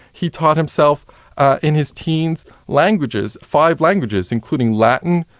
he taught himself in his teens, languages, five languages, including latin,